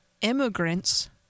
immigrants